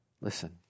Listen